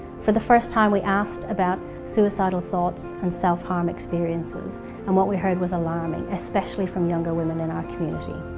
for the first time we asked about suicidal thoughts and self-harm experiences and what we heard was alarming, especially from younger women in our community.